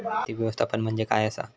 आर्थिक व्यवस्थापन म्हणजे काय असा?